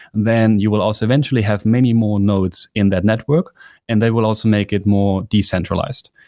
then you will also eventually have many more nodes in that network and they will also make it more decentralized.